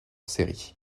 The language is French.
series